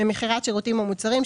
ממכירת שירותים או מוצרים,